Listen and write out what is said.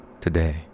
today